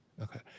Okay